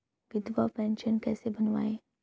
विधवा पेंशन कैसे बनवायें?